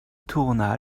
tourna